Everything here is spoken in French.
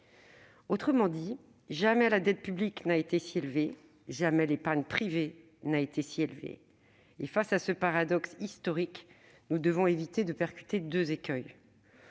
Autrement dit, jamais la dette publique n'a été si élevée ; jamais l'épargne privée n'a été si élevée. Face à ce paradoxe historique, nous devons éviter de percuter deux écueils.